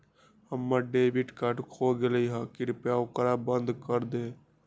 हम्मर debit card खो गयले है, कृपया ओकरा बंद कर दे